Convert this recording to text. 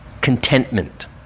contentment